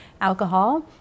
Alcohol